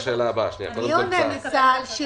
מתוך עקרונות העבודה שלנו בצה"ל לייצר